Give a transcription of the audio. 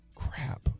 Crap